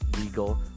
legal